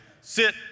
sit